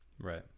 Right